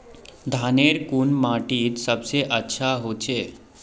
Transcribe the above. धानेर कुन माटित सबसे अच्छा होचे?